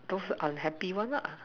those unhappy one lah